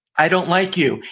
i don't like you.